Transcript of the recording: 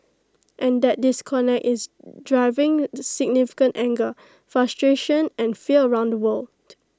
and that disconnect is driving significant anger frustration and fear around the world